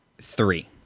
three